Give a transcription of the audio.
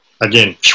Again